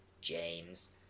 James